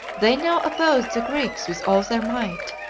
they now opposed the greeks with all their might,